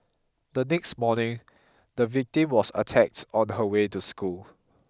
the next morning the victim was attacked on her way to school